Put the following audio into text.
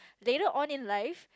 later on in life